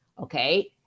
Okay